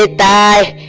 ah by